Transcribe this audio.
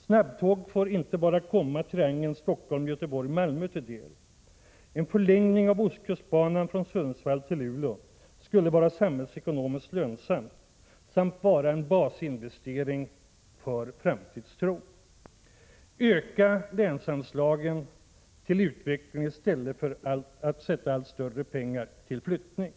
Snabbtåg får inte bara komma triangeln Stockholm —Göteborg— Malmö till del. En förlängning av ostkustbanan från Sundsvall till Luleå skulle vara samhällsekonomiskt lönsam samt vara en basinvestering för framtidstro. Öka länsanslagen till utveckling i stället för att allt större pengar avsätts till flyttning.